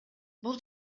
бул